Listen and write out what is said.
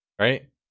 Right